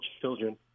children